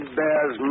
bears